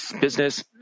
business